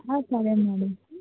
సరే మ్యాడమ్